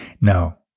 Now